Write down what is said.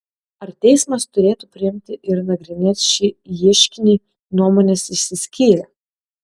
ar teismas turėtų priimti ir nagrinėti šį ieškinį nuomonės išsiskyrė